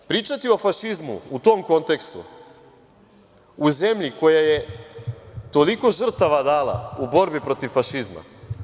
Pričati o fašizmu u tom kontekstu u zemlji koja je toliko žrtava dala u borbi protiv fašizma je skandalozno.